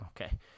Okay